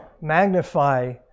Magnify